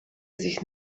sich